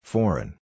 Foreign